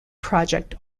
project